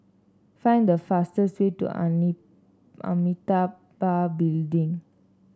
find the fastest way to Amitabha Building